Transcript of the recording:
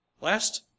last